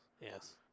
Yes